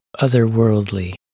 otherworldly